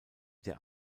der